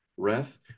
ref